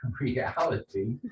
reality